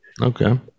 okay